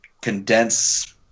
condense